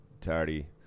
tardy